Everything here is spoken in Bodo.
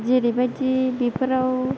जेरैबायदि बेफोराव